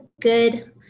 good